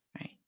right